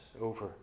over